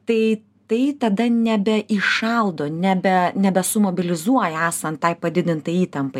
tai tai tada nebeįšaldo nebe nebesu mobilizuoja esant tai padidintai įtampai